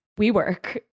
WeWork